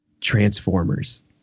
Transformers